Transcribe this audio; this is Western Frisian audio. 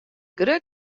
grut